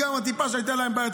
גם הטיפה שהייתה להם כבר יצאה,